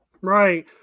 Right